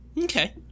okay